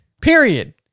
Period